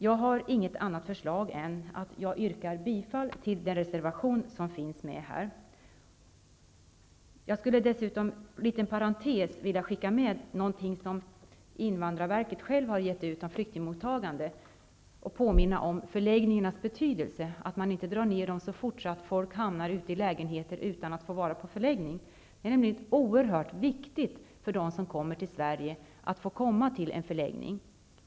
Jag har inget förslag, bara ett yrkande om bifall till den reservation som finns med här. Inom parentes skulle jag vilja skicka med några ord om en broschyr som invandrarverket självt har gett ut och som handlar om flyktingmottagandet. Jag vill påminna om förläggningarnas betydelse. Neddragningar får inte ske så fort att människor hamnar i lägenheter utan att först ha fått vara på en förläggning. Det är nämligen oerhört viktigt för dem som kommer till Sverige att de först får komma till en förläggning.